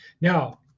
Now